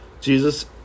Jesus